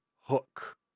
Hook